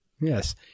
Yes